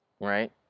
Right